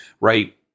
Right